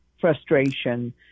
frustration